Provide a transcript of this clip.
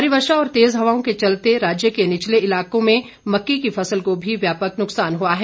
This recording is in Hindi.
भारी वर्षा और तेज हवाओं के कारण राज्य के निचले इलाके में मक्की की फसल को भी व्यापक नुक्सान हुआ है